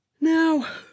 now